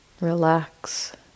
Relax